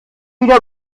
wieder